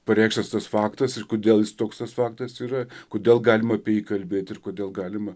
pareikštas tas faktas ir kodėl jis toks tas faktas yra kodėl galima apie jį kalbėti ir kodėl galima